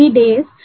days